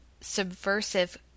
subversive